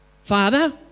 Father